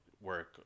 work